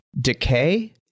decay